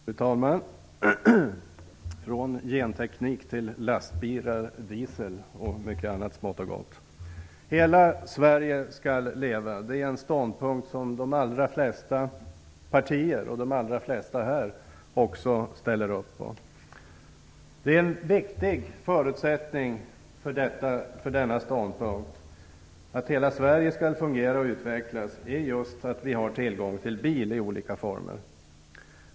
Fru talman! Vi går nu över från genteknik till lastbilar, diesel och mycket annat smått och gott. Att hela Sverige skall leva är en ståndpunkt som de flesta partier ställer upp på. En viktig förutsättning för ståndpunkten att hela Sverige skall fungera och utvecklas är just att vi har tillgång till bil i olika former.